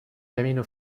camino